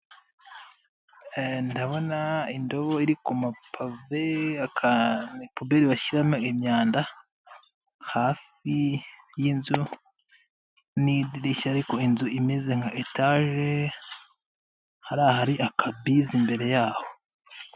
Ndabona indobo iri kumapave, ni puberi bashyiramo imyanda, hafi y'inzu, n'idirishya ariko inzu imeze nka etaje hariya hari akabizi imbere yaho.